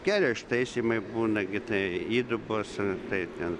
kelio ištaisymai būna gi tai įdubos tai ten